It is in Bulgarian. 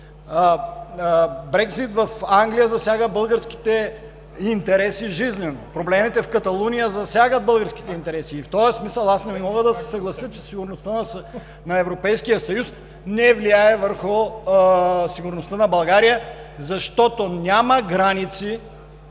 Брекзит в Англия засяга българските интереси жизнено! Проблемите в Каталуния засяга българските интереси и в този смисъл аз не мога да се съглася, че сигурността на Европейския съюз не влияе върху сигурността на България, защото няма граници,